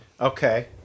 Okay